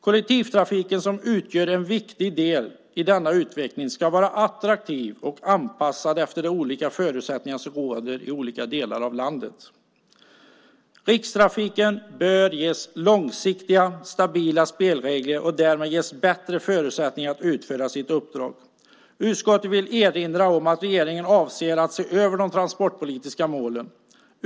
Kollektivtrafiken som utgör en viktig del i denna utveckling ska vara attraktiv och anpassad efter de olika förutsättningar som råder i olika delar av landet. Rikstrafiken bör ges långsiktiga och stabila spelregler och därmed ges bättre förutsättningar att utföra sitt uppdrag. Utskottet vill erinra om att regeringen avser att se över de transportpolitiska målen.